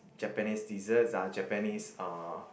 Japanese desserts uh Japanese uh